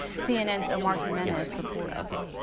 cnn's omar jimenez reports.